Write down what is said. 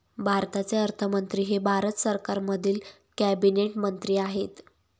भारताचे अर्थमंत्री हे भारत सरकारमधील कॅबिनेट मंत्री आहेत